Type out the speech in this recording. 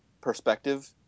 Perspective